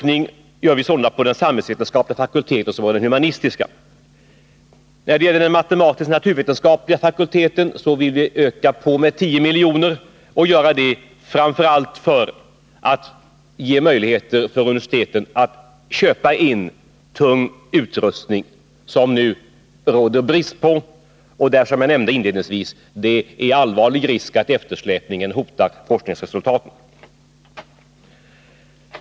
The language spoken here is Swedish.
När det gäller de matematisk-naturvetenskapliga fakulteterna vill vi göra en ökning med 10 milj.kr., framför allt för att ge möjligheter för universiteten att köpa in tung utrustning, som det nu råder brist på och där det, som jag nämnde inledningsvis, finns en allvarlig risk för att eftersläpningen hotar forskningsresultaten.